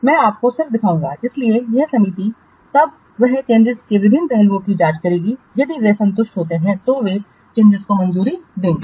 मैं आपको सिर्फ दिखाऊंगा इसलिए वह समिति तब वह चेंजिंसों के विभिन्न पहलुओं की जांच करेगी यदि वे संतुष्ट हैं तो वे चेंजिंसों को मंजूरी देंगे